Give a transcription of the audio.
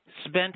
Spent